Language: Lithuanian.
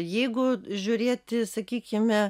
jeigu žiūrėti sakykime